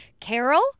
Carol